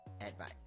advice